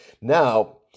Now